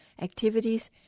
activities